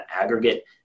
aggregate